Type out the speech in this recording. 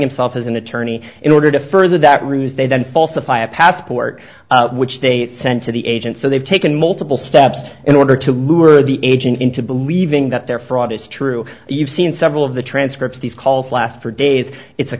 himself as an attorney in order to further that ruse they then falsify a passport which they sent to the agent so they've taken multiple steps in order to lure the agent into believing that their fraud is true you've seen several of the transcripts these calls last for days it's a